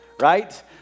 right